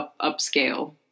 upscale